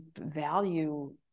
value